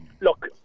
look